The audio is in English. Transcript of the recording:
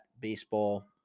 Baseball